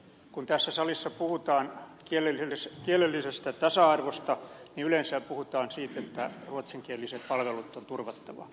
kun tässä salissa puhutaan kielellisestä tasa arvosta niin yleensä puhutaan siitä että ruotsinkieliset palvelut on turvattava